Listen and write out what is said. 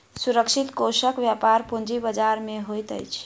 सुरक्षित कोषक व्यापार पूंजी बजार में होइत अछि